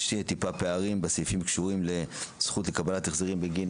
יש פערים בסעיפים שקשורים לזכות לקבלת החזרים בגין